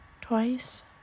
Twice